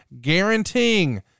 guaranteeing